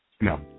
No